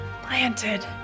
Planted